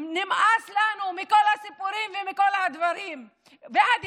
נמאס לנו מכל הסיפורים ומכל הדיבורים,